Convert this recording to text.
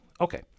Okay